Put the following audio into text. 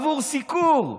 בעבור סיקור.